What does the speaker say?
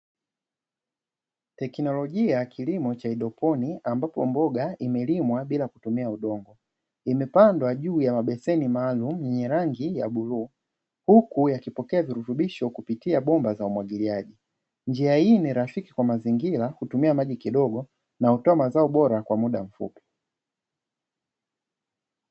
Teknolojia ya kilimo cha haidroponi ambapo mboga imelimwa bila kupandwa juu ya mabeseni maalum yenye rangi ya bluu huku huku yakipokea virutubisho kupitia bomba za umwagiliaji, njia hii ni rafiki kwa mazingira kutumia maji kidogo na hutoa mazao bora kwa muda mfupi.